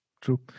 true